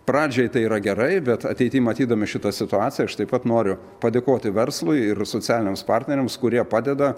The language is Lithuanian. pradžiai tai yra gerai bet ateity matydami šitą situaciją aš taip pat noriu padėkoti verslui ir socialiniams partneriams kurie padeda